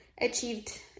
achieved